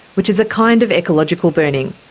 which is a kind of ecological burning.